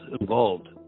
involved